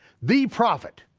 the prophet,